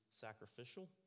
sacrificial